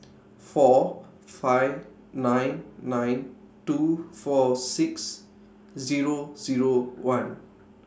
four five nine nine two four six Zero Zero one